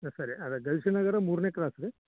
ಹಾಂ ಸರಿ ಅವೇ ಗಲ್ಲಿ ನಗರ ಮೂರನೇ ಕ್ರಾಸ್ ರೀ